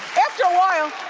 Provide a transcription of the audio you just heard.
after a while,